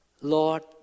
Lord